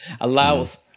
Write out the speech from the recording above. allows